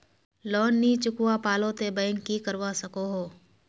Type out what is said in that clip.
Loan नी चुकवा पालो ते बैंक की करवा सकोहो?